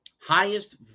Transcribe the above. highest